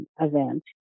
Event